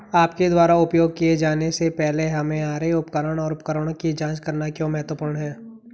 आपके द्वारा उपयोग किए जाने से पहले हमारे उपकरण और उपकरणों की जांच करना क्यों महत्वपूर्ण है?